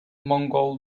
mongol